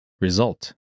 result